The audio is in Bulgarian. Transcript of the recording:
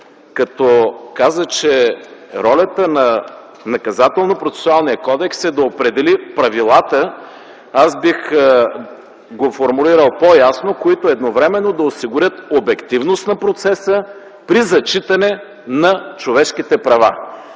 като каза, че: „Ролята на Наказателно-процесуалния кодекс е да определи правилата.” Аз бих го формулирал по-ясно „…които едновременно да осигурят обективност на процеса при зачитане на човешките права”.